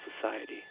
society